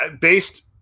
based